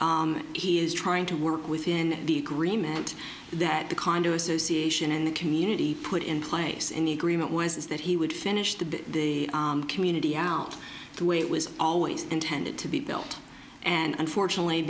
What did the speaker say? he is trying to work within the agreement that the condo association and the community put in place in the agreement was that he would finish the community out the way it was always intended to be built and unfortunately